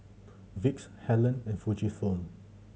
Vicks Helen and Fujifilm